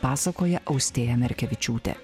pasakoja austėja merkevičiūtė